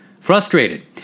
frustrated